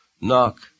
Knock